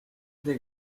des